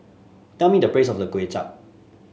tell me the price of the Kway Chap